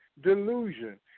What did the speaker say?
delusion